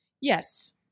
Yes